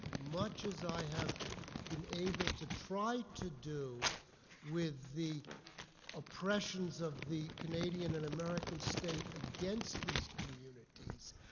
much as i have been able to try to do with the oppressions of the canadian and american state against these communities,